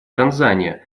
танзания